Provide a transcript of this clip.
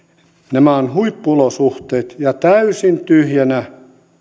nämä ovat huippuolosuhteet ja täysin tyhjänä